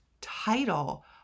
title